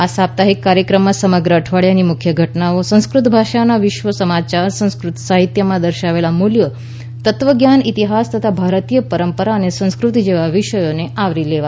આ સાપ્તાહિક કાર્યક્રમમાં સમગ્ર અઠવાડિયાની મુખ્ય ઘટનાઓ સંસ્કૃત ભાષામાં વિશ્વના સમાચાર સંસ્કૃત સાહિત્યમાં દર્શાવેલ મૂલ્યો તત્વજ્ઞાન ઇતિહાસ તથા ભારતીય પરંપરા અને સંસ્કૃતિ જેવા વિષયોને આવરી લેવાશે